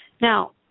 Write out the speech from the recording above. Now